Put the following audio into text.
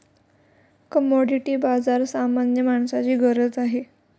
commodity बाजार सामान्य माणसाची गरज आहे